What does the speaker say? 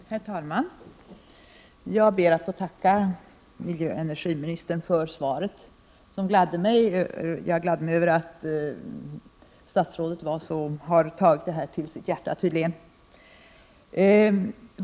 Herr talman! Jag ber att få tacka miljöoch energiministern för svaret, som gladde mig. Jag gläder mig över att statsrådet tydligen har tagit den här frågan till sitt hjärta.